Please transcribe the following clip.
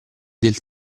del